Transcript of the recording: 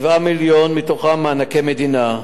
7 מיליון מהם מענקי מדינה,